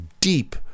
deep